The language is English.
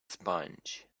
sponge